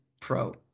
pro